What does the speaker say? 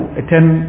attend